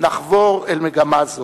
נחבור אל מגמה זו.